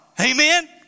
Amen